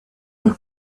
they